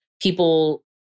people